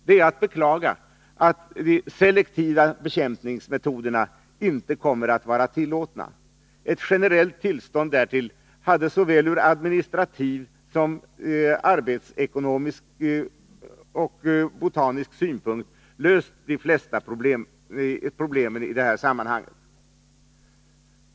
Det är att beklaga att de selektiva bekämpningsmetoderna inte kommer att vara tillåtna. Ett generellt tillstånd därtill hade såväl ur administrativ som arbetsekonomisk och botanisk synpunkt löst de flesta problemen i detta sammanhang.